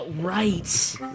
Right